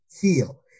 feel